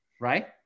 Right